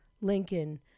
Lincoln